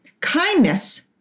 kindness